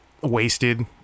wasted